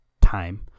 time